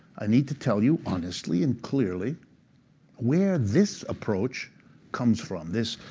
i need to tell you honestly and clearly where this approach comes from this,